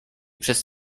przez